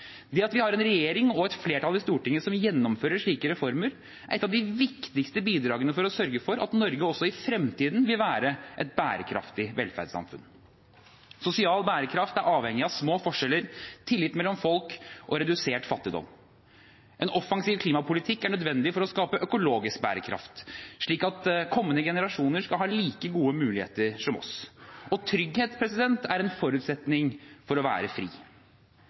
Det at vi har en regjering og et flertall i Stortinget som gjennomfører slike reformer, er et av de viktigste bidragene for å sørge for at Norge også i fremtiden vil være et bærekraftig velferdssamfunn. Sosial bærekraft er avhengig av små forskjeller, tillit mellom folk og redusert fattigdom. En offensiv klimapolitikk er nødvendig for å skape økologisk bærekraft, slik at kommende generasjoner skal ha like gode muligheter som oss. Og trygghet er en forutsetning for å være fri.